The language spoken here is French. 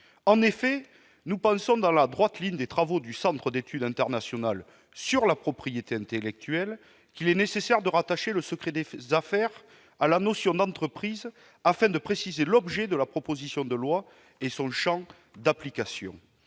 En effet, nous pensons, dans la droite ligne des travaux du Centre d'études internationales de la propriété intellectuelle, qu'il est nécessaire de rattacher le secret des affaires à la notion d'entreprise, afin de préciser l'objet de la proposition de loi ainsi que son champ d'application.